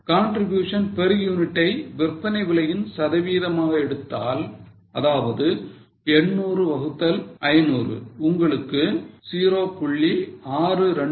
contribution per unit ஐ விற்பனை விலையின் சதவிகிதமாக எடுத்தால் அதாவது 800 வகுத்தல் 500 உங்களுக்கு 0